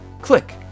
click